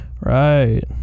Right